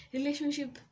Relationship